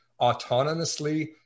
autonomously